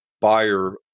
buyer